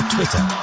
Twitter